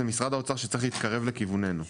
משרד האוצר שצריך להתקרב לכיוון שלנו.